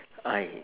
I